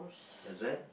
exam